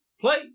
play